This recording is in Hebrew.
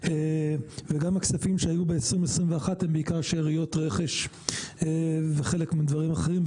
וגם הכספים שהיו ב-2021 הם בעיקר שאריות רכש וחלק מדברים אחרים,